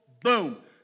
boom